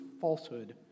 falsehood